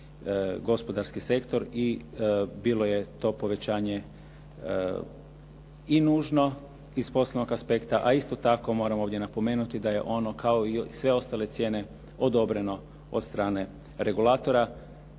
gospodarski sektor. I bilo je to povećanje i nužno iz poslovnog aspekta a isto tako moram ovdje napomenuti da je ono kao i sve ostale cijene odobreno od strane regulatora.